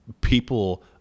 People